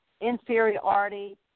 Inferiority